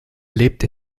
lebt